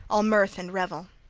all mirth and revel.